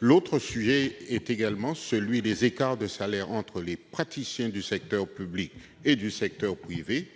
Se pose aussi la question des écarts de salaire entre praticiens du secteur public et du secteur privé,